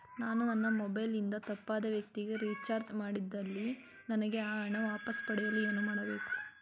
ನಾನು ನನ್ನ ಮೊಬೈಲ್ ಇಂದ ತಪ್ಪಾದ ವ್ಯಕ್ತಿಗೆ ರಿಚಾರ್ಜ್ ಮಾಡಿದಲ್ಲಿ ನನಗೆ ಆ ಹಣ ವಾಪಸ್ ಪಡೆಯಲು ಏನು ಮಾಡಬೇಕು?